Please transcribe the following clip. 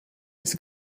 his